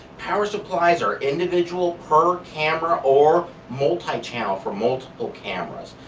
power supplies are individual per camera or multi-channel for multiple cameras.